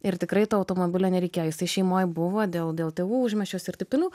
ir tikrai to automobilio nereikėjo jisai šeimoj buvo dėl dėl tėvų užmiesčiuose ir taip toliau